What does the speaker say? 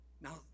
Now